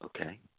okay